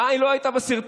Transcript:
אה, היא לא הייתה בסרטון.